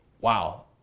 wow